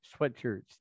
sweatshirts